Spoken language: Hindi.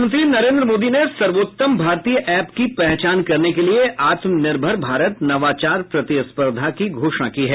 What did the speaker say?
प्रधानमंत्री नरेंद्र मोदी ने सर्वोत्तम भारतीय ऐप की पहचान करने के लिए आत्मनिर्भर भारत नवाचार प्रतिस्पर्धा की घोषणा की है